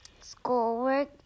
schoolwork